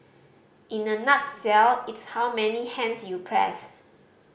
in a nutshell it's how many hands you press